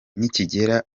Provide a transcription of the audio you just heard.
nikigera